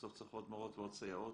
בסוף צריך עוד מורות ועוד סייעות,